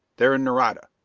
there in nareda.